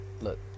Look